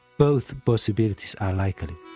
both possibilities are likely.